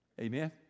Amen